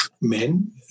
men